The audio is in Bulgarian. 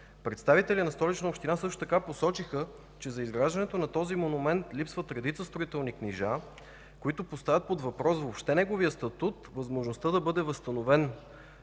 Представители на Столична община посочиха също така, че за изграждането на този монумент липсват редица строителни книжа, които поставят под въпрос въобще неговия статут, възможността да бъде възстановен